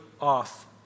off